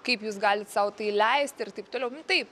kaip jūs galit sau tai leisti ir taip toliau taip